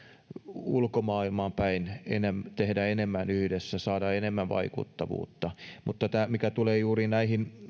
ulkomaailmaan päin tehdä enemmän yhdessä miten saada enemmän vaikuttavuutta mitä tulee juuri näihin